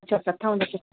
अच्छा कथा उन जी